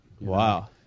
Wow